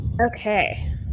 Okay